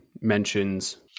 mentions